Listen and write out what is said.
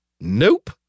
Nope